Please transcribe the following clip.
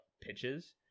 pitches